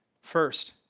first